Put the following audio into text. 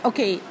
Okay